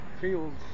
Fields